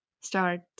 start